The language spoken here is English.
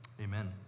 Amen